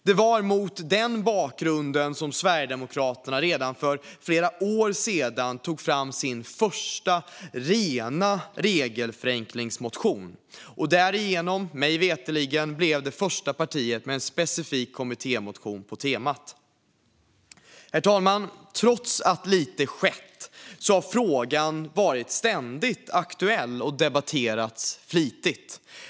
Det var mot den bakgrunden Sverigedemokraterna redan för flera år sedan tog fram sin första rena regelförenklingsmotion och därigenom, mig veterligen, blev det första partiet med en specifik kommittémotion på temat. Herr talman! Trots att lite har skett har frågan varit ständigt aktuell och debatterats flitigt.